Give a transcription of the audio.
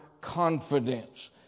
confidence